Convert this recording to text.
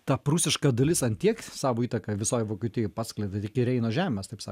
ta prūsiška dalis ant tiek savo įtaką visoj vokietijoj paskleidė iki reino žemės taip sak